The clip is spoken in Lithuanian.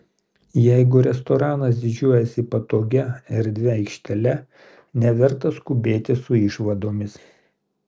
jeigu restoranas didžiuojasi patogia erdvia aikštele neverta skubėti su išvadomis